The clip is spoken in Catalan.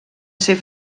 ser